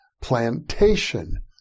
Plantation